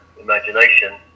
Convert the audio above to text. imagination